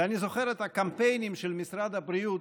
ואני זוכר את הקמפיינים של משרד הבריאות: